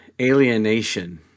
alienation